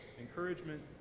encouragement